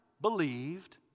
believed